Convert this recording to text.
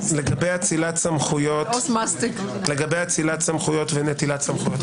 לגבי נטילת סמכויות ונטילת סמכויות,